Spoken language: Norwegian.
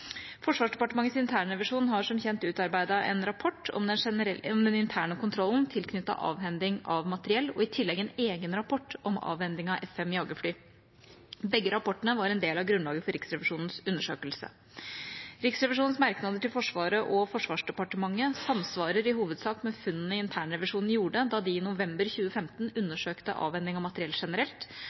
Forsvarsdepartementets internrevisjon har som kjent utarbeidet en rapport om den interne kontrollen tilknyttet avhending av materiell og i tillegg en egen rapport om avhending av F-5 jagerfly. Begge rapportene var en del av grunnlaget for Riksrevisjonens undersøkelse. Riksrevisjonens merknader til Forsvaret og Forsvarsdepartementet samsvarer i hovedsak med funnene internrevisjonen gjorde da de i november 2015 undersøkte avhending av materiell generelt,